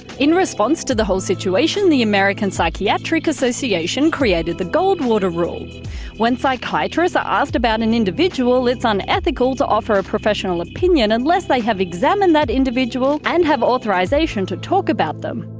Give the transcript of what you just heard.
in response to the whole situation, the american psychiatric association association created the goldwater rule when psychiatrists are asked about an individual, it's unethical to offer a professional opinion unless they have examined that individual and have authorization to talk about them.